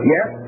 Yes